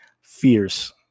fierce